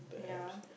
ya